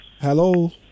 Hello